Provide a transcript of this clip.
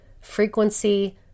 frequency